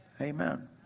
Amen